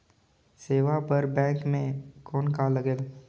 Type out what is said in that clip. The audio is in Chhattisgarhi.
सेवा बर बैंक मे कौन का लगेल?